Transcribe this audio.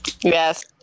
yes